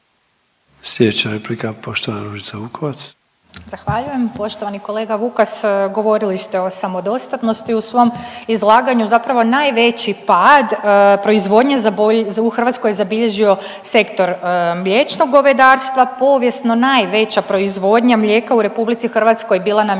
Sljedeća replika poštovana Ružica Vukovac. **Vukovac, Ružica (Nezavisni)** Zahvaljujem. Poštovani kolega Vukas, govorili ste o samodostatnosti u svom izlaganju. Zapravo najveći pad proizvodnje u Hrvatskoj je zabilježio Sektor mliječnog govedarstva. Povijesno najveća proizvodnja mlijeka u Republici Hrvatskoj bila nam